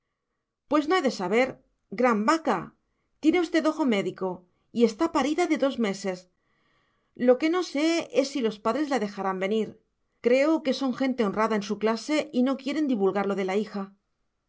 pues no he de saber gran vaca tiene usted ojo médico y está parida de dos meses lo que no sé es si los padres la dejarán venir creo que son gente honrada en su clase y no quieren divulgar lo de la hija